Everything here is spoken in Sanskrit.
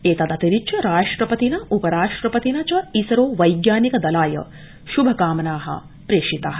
एतदतिरिच्य राष्ट्रपतिना उपराष्ट्रपतिना च इसरो वैज्ञानिक दलाय श्भकामना प्रेषिता